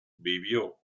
vivió